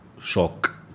shock